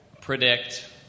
predict